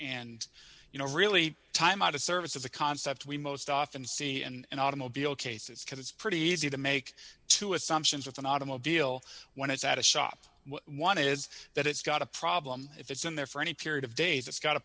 and you know really time out of service as a concept we most often see and automobile cases because it's pretty easy to make two assumptions of an automobile when it's at a shop one is that it's got a problem if it's in there for any period of days it's got a